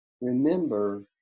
Remember